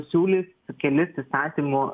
siūlys kelis įstatymų